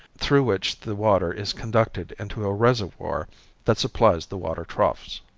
through which the water is conducted into a reservoir that supplies the water troughs.